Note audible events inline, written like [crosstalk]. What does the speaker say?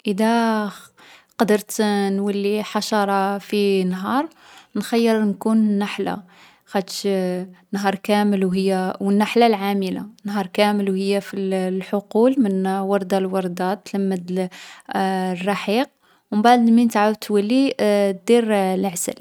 اذا قدرت نولي حشرة في نهار، نخيّر نكون نحلة. خاطش [hesitation] نهار كامل و هي و النحلة العاملة. نهار كامل و هي في الـ الحقول من وردة لوردة، تلمّد [hesitation] الرحيق. و مبعد من تعاود تولي، [hesitation] دير العسل.